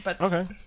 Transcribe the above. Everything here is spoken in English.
Okay